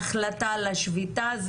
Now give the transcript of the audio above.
להחלטה של השביתה,